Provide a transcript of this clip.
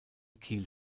kiel